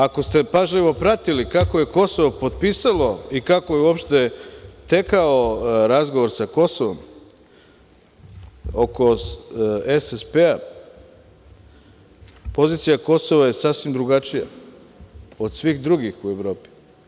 Ako ste pažljivo pratili kako je Kosovo potpisalo i kako je uopšte tekao razgovor sa Kosovom oko SSP-a, pozicija Kosova je sasvim drugačija od svih drugih u Evropi.